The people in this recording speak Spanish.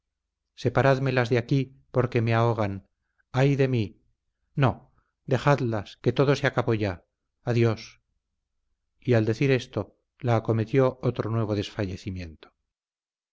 corazón separádmelas de aquí porque me ahogan ay de mí no dejadlas que todo se acabó ya adiós y al decir esto la acometió otro nuevo